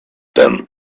them